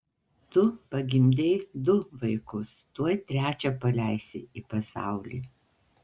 tu pagimdei du vaikus tuoj trečią paleisi į pasaulį